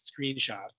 screenshots